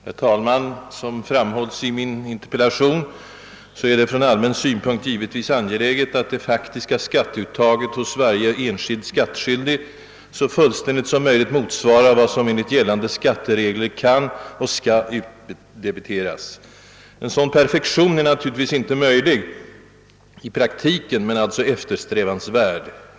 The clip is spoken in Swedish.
Herr talman! Som framhålles i min interpellation är det från allmän synpunkt givetvis angeläget att det faktiska skatteuttaget hos varje enskild skattskyldig så fullständigt som möjligt motsvarar vad som enligt gällande skatteregler kan och skall utdebiteras. En sådan perfektion är naturligtvis inte helt möjlig i praktiken men alltså eftersträvansvärd.